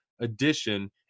addition